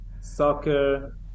soccer